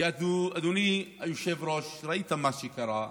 כי אדוני היושב-ראש, ראית מה שקרה בטורקיה,